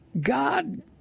God